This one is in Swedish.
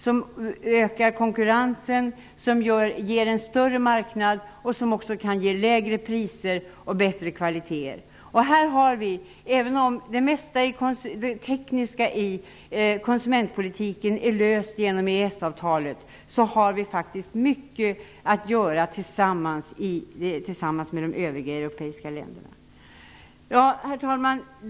Det ökar konkurrensen, ger lägre priser och bättre kvaliteter. Även om det tekniska i konsumentpolitiken är löst genom EES-avtalet har vi mycket att göra tillsammans med de övriga europeiska länderna. Herr talman!